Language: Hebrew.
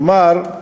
כלומר,